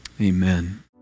amen